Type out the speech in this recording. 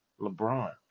LeBron